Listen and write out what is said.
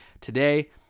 today